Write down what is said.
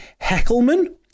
Heckelman